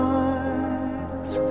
eyes